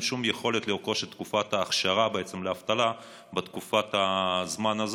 שום יכולת להשלים את תקופת האכשרה לאבטלה בתקופה הזאת.